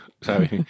¿sabes